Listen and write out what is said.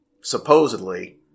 supposedly